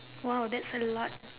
!wow! that's a lot